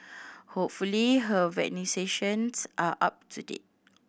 hopefully her vaccinations are up to date